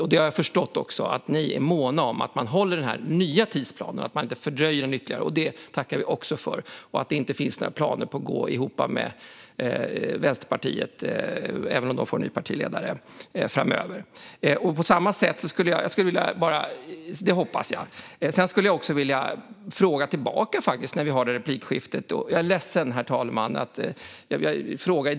Jag har också förstått att ni är måna om att man håller den nya tidsplanen och inte fördröjer detta ytterligare - det tackar vi för - och att det inte finns några planer på att gå ihop med Vänsterpartiet, även om de får en ny partiledare framöver. Jag hoppas att det är så. Sedan skulle jag vilja ställa en fråga tillbaka när vi har detta replikskifte - jag är ledsen, herr talman, att det blir så.